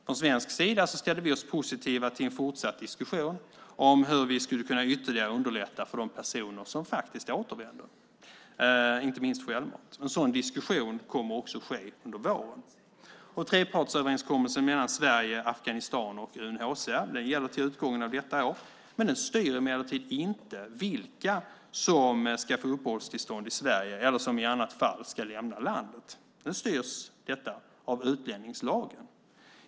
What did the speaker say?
Från svensk sida ställde vi oss positiva till en fortsatt diskussion om hur vi ytterligare skulle kunna underlätta för de personer som faktiskt återvänder, inte minst självmant. En sådan diskussion kommer också att ske under våren. Trepartsöverenskommelsen mellan Sverige, Afghanistan och UNHCR gäller till utgången av detta år. Den styr emellertid inte vilka som ska få uppehållstillstånd i Sverige eller som i annat fall ska lämna landet. Detta styrs av utlänningslagen.